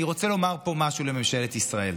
אני רוצה לומר פה משהו לממשלת ישראל: